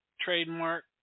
trademark